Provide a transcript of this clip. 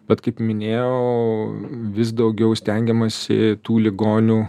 bet kaip minėjau vis daugiau stengiamasi tų ligonių